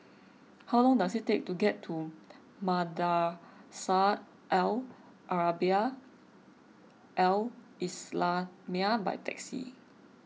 how long does it take to get to Madrasah Al Arabiah Al Islamiah by taxi